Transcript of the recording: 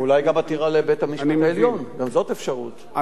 אולי גם עתירה לבית-המשפט העליון, אני מבין.